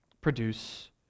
produce